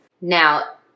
Now